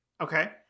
Okay